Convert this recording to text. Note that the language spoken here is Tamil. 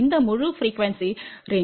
இந்த முழு ப்ரிக்யூவென்ஸி ரேன்ச்